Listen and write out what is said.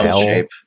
shape